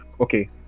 okay